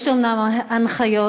יש אומנם הנחיות